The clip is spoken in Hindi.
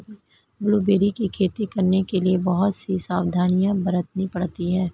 ब्लूबेरी की खेती करने के लिए बहुत सी सावधानियां बरतनी पड़ती है